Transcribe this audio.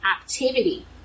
activity